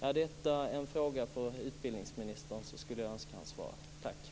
Om detta är en fråga för utbildningsministern skulle jag vilja ha svar på den.